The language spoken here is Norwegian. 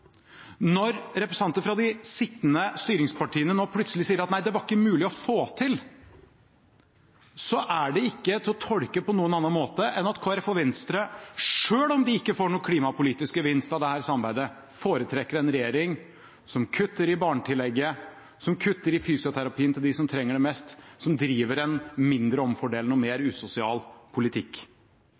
når representanter fra de sittende styringspartiene nå plutselig sier at nei, det var ikke mulig å få til, er det ikke til å tolke på noen annen måte enn at Kristelig Folkeparti og Venstre, selv om de ikke får noen klimapolitisk gevinst av dette samarbeidet, foretrekker en regjering som kutter i barnetillegget, som kutter i fysioterapien til dem som trenger det mest, som driver en mindre omfordelende og mer usosial politikk.